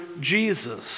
jesus